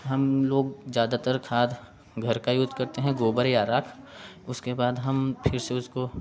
हम लोग ज़्यादातर खाद घर का यूज करते हैं गोबर या राख उसके बाद हम फिर से उसको